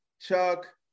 Chuck